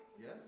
Yes